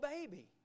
baby